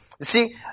See